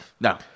No